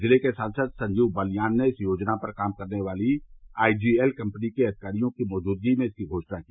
जिले के सांसद संजीव बालियान ने इस योजना पर काम करने वाली आईजीएल कम्पनी के अधिकारियों की मौजूदगी में इसकी घोषणा की